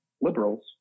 liberals